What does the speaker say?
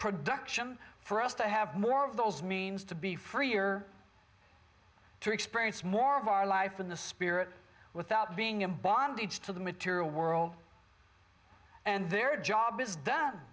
production for us to have more of those means to be freer to experience more of our life in the spirit without being in bondage to the material world and their job is done